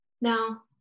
Now